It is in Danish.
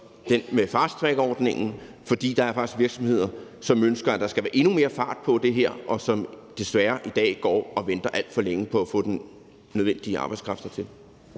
heldet med fasttrackordningen, for der er faktisk virksomheder, som ønsker, at der skal være endnu mere fart på det her, og som desværre i dag går og venter alt for længe på at få den nødvendige arbejdskraft hertil.